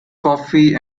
coffey